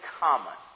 common